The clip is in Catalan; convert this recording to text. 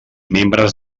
membres